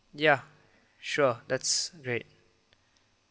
ya sure that's great